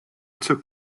took